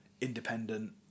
independent